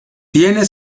tiene